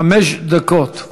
חמש דקות.